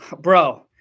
Bro